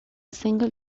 single